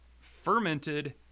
fermented